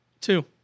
Two